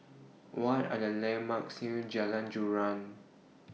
What Are The landmarks near Jalan Joran